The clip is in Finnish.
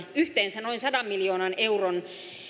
yhteensä noin sadan miljoonan euron